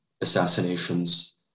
assassinations